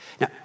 Now